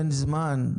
אין זמן,